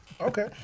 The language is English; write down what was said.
Okay